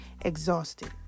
exhausted